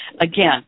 again